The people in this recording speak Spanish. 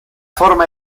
forma